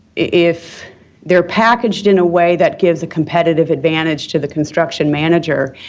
if they're packaged in a way that gives a competitive advantage to the construction manager,